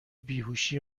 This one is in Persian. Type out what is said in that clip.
بیهوشی